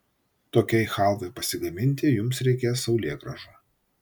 tokiai chalvai pasigaminti jums reikės saulėgrąžų